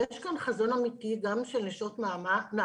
יש כאן חזון אמיתי גם של נשות נעמ"ת,